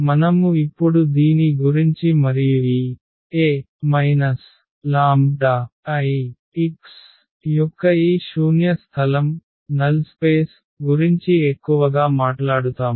మనము ఇప్పుడు దీని గురించి మరియు ఈ A λI యొక్క ఈ శూన్య స్థలంనల్ స్పేస్ గురించి ఎక్కువగా మాట్లాడుతాము